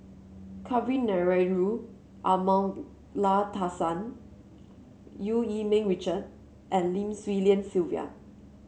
Kavignareru Amallathasan Eu Yee Ming Richard and Lim Swee Lian Sylvia